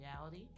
reality